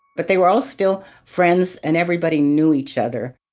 but they were all still friends and everybody knew each other